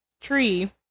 tree